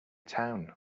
town